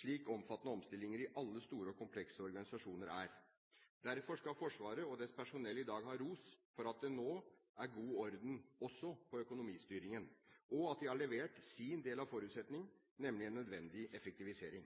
slik omfattende omstillinger i alle store og komplekse organisasjoner er. Derfor skal Forsvaret og dets personell i dag ha ros for at det nå er god orden også på økonomistyringen, og at de har levert sin del av forutsetningen, nemlig en nødvendig effektivisering.